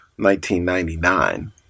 1999